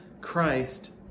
Christ